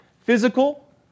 physical